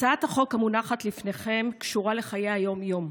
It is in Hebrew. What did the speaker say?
הצעת החוק המונחת לפניכם קשורה לחיי היום-יום.